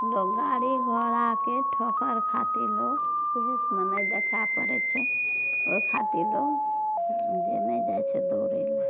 लोग गाड़ी घोड़ाके ठोकर खातिर लोग कुहेसमे नहि देखाए पड़ैत छै ओहि खातिर लोग जे नहि जाइत छै दौड़ए लऽ